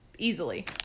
easily